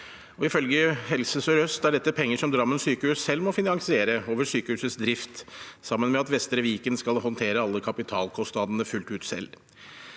Ifølge Helse Sør-Øst er dette penger som Drammen sykehus selv må finansiere over sykehusets drift, sammen med at Vestre Viken helseforetak skal håndtere alle kapitalkostnadene fullt ut selv.